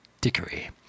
dickery